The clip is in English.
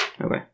Okay